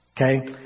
Okay